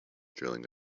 drilling